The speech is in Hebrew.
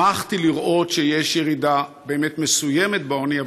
שמחתי לראות שיש באמת ירידה מסוימת בעוני,